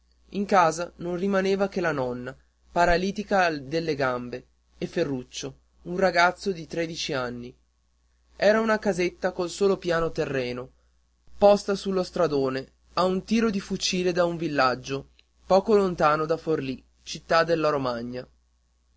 in casa non rimaneva che la nonna paralitica delle gambe e ferruccio un ragazzo di tredici anni era una casetta col solo piano terreno posta sullo stradone a un tiro di fucile da un villaggio poco lontano da forlì città di romagna